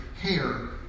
hair